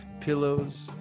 pillows